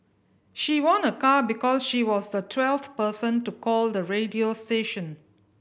she won a car because she was the twelfth person to call the radio station